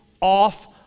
off